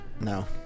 No